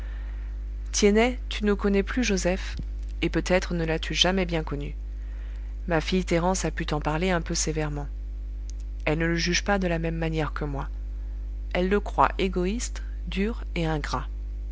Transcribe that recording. tiennet tu ne connais plus joseph et peut-être ne l'as-tu jamais bien connu ma fille thérence a pu t'en parler un peu sévèrement elle ne le juge pas de la même manière que moi elle le croit égoïste dur et ingrat